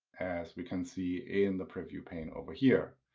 as we can see in the preview pane over here.